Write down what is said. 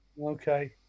Okay